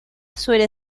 suele